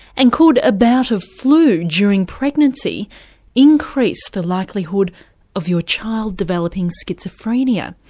and could a bout of flu during pregnancy increase the likelihood of your child developing schizophrenia?